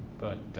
but